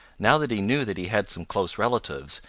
now that he knew that he had some close relatives,